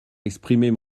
exprimer